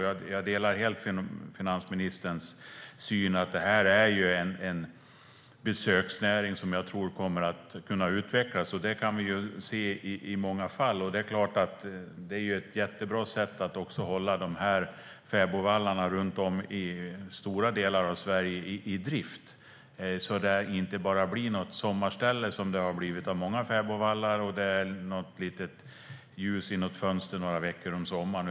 Jag delar helt finansministerns syn att det här är en besöksnäring som kommer att kunna utvecklas. Det kan vi också se i många fall. Det är klart att det är ett jättebra sätt att hålla fäbodvallarna runt om i stora delar av Sverige i drift, så att det inte bara blir något sommarställe, vilket det har blivit av många fäbodvallar - det är något litet ljus i något fönster några veckor om sommaren.